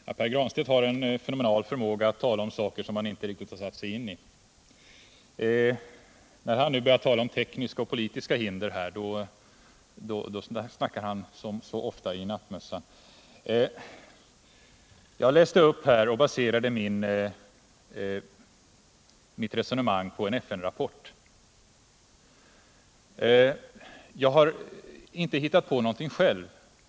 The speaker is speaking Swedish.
Herr talman! Herr Granstedt har en fenomenal förmåga att tala om saker som han inte riktigt har satt sig in i. När han nu börjar tala om tekniska och politiska hinder pratar han som så ofta förr i nattmössan. Jag baserade mitt resonemang på en FN-rapport. Jag har inte hittat på någonting själv.